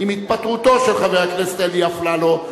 עם התפטרותו של חבר הכנסת אלי אפללו,